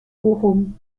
bochum